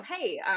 hey